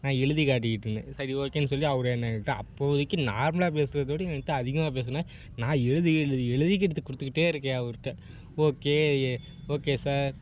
நான் எழுதி காட்டிக்கிட்டு இருந்தேன் சரி ஓகேனு சொல்லி அவர் என்னை என்கிட்ட அப்போதைக்கு நார்மலாக பேசுகிறத விட என் கிட்டே அதிகமாக பேசுனார் நான் எழுதி எழுதி எழுதி எழுதிக்கிட்டு கொடுத்துட்டே இருக்கேன் அவர்கிட்ட ஓகே ஓகே சார்